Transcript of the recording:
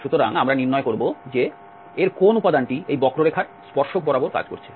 সুতরাং আমরা নির্ণয় করব যে এর কোন উপাদানটি এই বক্ররেখার স্পর্শক বরাবর কাজ করছে